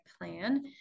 plan